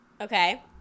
Okay